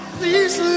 Please